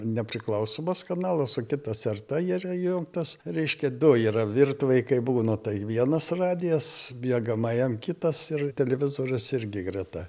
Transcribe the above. nepriklausomas kanalas o kitas rt yra įjungtas reiškia du yra virtuvėj kai būnu tai vienas radijas miegamajam kitas ir televizorius irgi greta